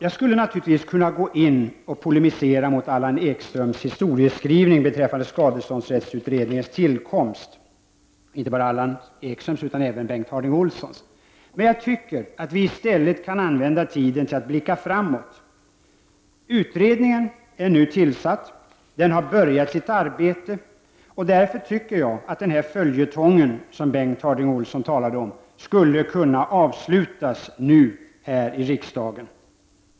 Jag skulle naturligtvis kunna gå in och polemisera mot Allan Ekströms och Bengt Harding Olsons historieskrivning beträffande skadeståndsrättsutredningens tillkomst, men jag anser att vi i stället kan använda tiden till att blicka framåt. Utredningen är nu tillsatt. Den har börjat sitt arbete, och därför tycker jag att den här följetongen, som Bengt Harding Olson talade om, nu skulle kunna avslutas här i riksdagen.